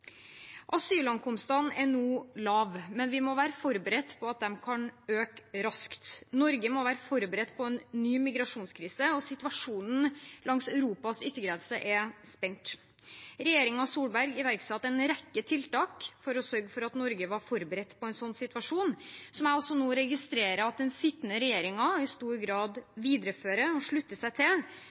er lavt nå, men vi må være forberedt på at det kan øke raskt. Norge må være forberedt på en ny migrasjonskrise, og situasjonen langs Europas yttergrense er spent. Solberg-regjeringen iverksatte en rekke tiltak for å sørge for at Norge er forberedt på en sånn situasjon, som jeg registrerer at den sittende regjeringen i stor grad viderefører og slutter seg til.